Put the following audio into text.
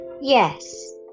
Yes